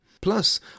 Plus